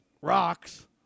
Rocks